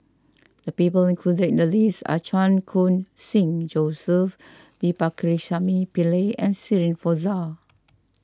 the people included in the list are Chan Khun Sing Joseph V Pakirisamy Pillai and Shirin Fozdar